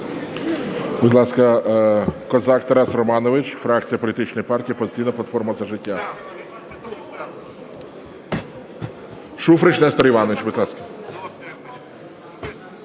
Будь ласка, Козак Тарас Романович, фракція політичної партії "Опозиційна платформа - За життя". Шуфрич Нестор Іванович. Будь ласка.